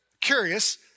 curious